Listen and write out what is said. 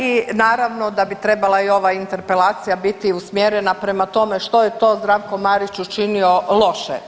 I naravno da bi trebala i ova interpelacija biti usmjerena prema tome što je to Zdravko Marić učinio loše.